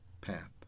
path